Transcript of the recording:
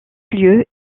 lieu